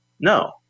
No